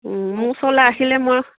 মোক ওচৰলৈ আহিলে মই